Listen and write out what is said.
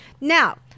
now